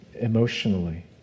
emotionally